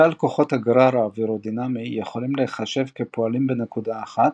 כלל כוחות הגרר האווירודינמי יכולים להיחשב כפועלים בנקודה אחת,